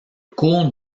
cours